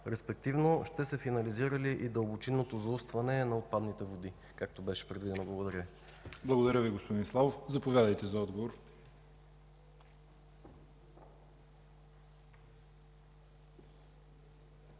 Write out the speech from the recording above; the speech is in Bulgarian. респективно ще се финализира ли и дълбочинното заустване на отпадните води, както беше предвидено? Благодаря Ви. ПРЕДСЕДАТЕЛ ЯВОР ХАЙТОВ: Благодаря Ви, господин Славов. Заповядайте за отговор.